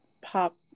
Pop